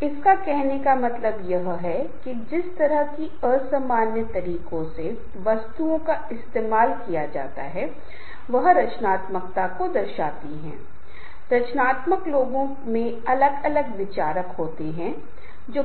तो सामंजस्य एक ऐसी चीज है जो समूह की गतिशीलता में बहुत महत्वपूर्ण है क्योंकि अगर समूह में एक दूसरे के लिए आकर्षण की भावना मिलन की भावना एकता की भावना है कि आप एकजुट हैं तो हाँ हम अलग अलग कारणों से नहीं कर रहे हैं लेकिन हम समूह के कुछ